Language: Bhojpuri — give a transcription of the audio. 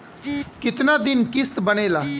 कितना दिन किस्त बनेला?